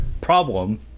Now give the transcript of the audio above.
problem